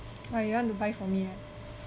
!wah! you want to buy for me ah